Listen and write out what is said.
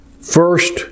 First